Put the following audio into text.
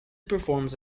performs